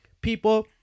people